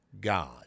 God